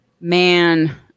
man